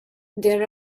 there